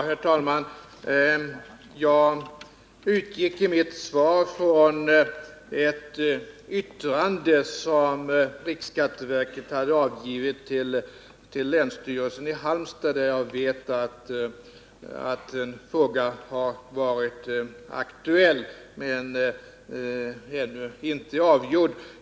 Herr talman! Jag utgick i mitt svar från ett yttrande som riksskatteverket hade avgett till länsstyrelsen i Halmstad, där jag vet att en fråga har varit aktuell men ännu inte är avgjord.